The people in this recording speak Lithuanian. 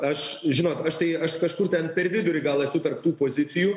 aš žinot aš tai aš kažkur ten per vidurį gal esu tarp tų pozicijų